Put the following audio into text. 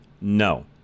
No